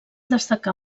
destacar